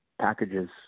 packages